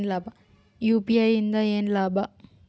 UPI ಇಂದ ಏನ್ ಲಾಭ?